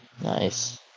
Nice